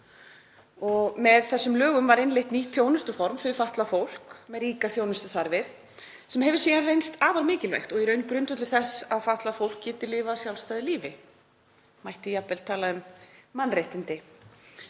Með þessum lögum var innleitt nýtt þjónustuform fyrir fatlað fólk með ríkar þjónustuþarfir sem hefur síðan reynst afar mikilvægt og í raun grundvöllur þess að fatlað fólk geti lifað sjálfstæðu lífi, og mætti hér jafnvel tala um mannréttindi.